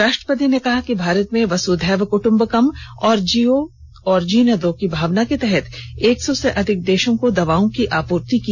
राष्ट्रपति ने कहा कि भारत ने वसुधैव क्ट्म्बकम और जियो और जीने दो की भावना के तहत एक सौ से अधिक देशों को दवाओं की आपूर्ति की